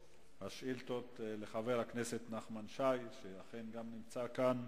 השאילתות של חבר הכנסת נחמן שי, שאכן נמצא כאן.